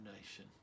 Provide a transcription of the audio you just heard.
nation